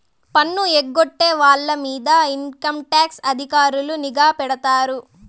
పన్ను ఎగ్గొట్టే వాళ్ళ మీద ఇన్కంటాక్స్ అధికారులు నిఘా పెడతారు